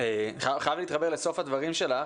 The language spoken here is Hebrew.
אני חייב להתחבר לסוף הדברים שלך